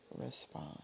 respond